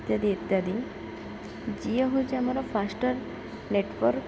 ଇତ୍ୟାଦି ଇତ୍ୟାଦି ଯିଏ ହଉଛି ଆମର ଫାଷ୍ଟାର୍ ନେଟ୍ୱାର୍କ୍